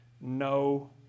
No